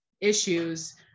issues